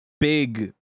big